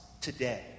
today